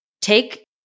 take